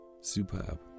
Superb